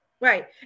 Right